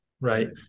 right